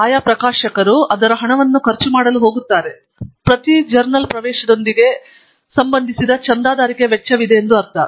ಆಯಾ ಪ್ರಕಾಶಕರು ಅದರ ಹಣವನ್ನು ಖರ್ಚು ಮಾಡಲು ಹೋಗುತ್ತಾರೆ ಆದ್ದರಿಂದ ಪ್ರತಿ ಜರ್ನಲ್ ಪ್ರವೇಶದೊಂದಿಗೆ ಸಂಬಂಧಿಸಿದ ಚಂದಾದಾರಿಕೆಯ ವೆಚ್ಚವಿದೆ ಎಂದು ಅರ್ಥ